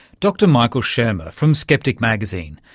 dr michael shermer from skeptic magazine,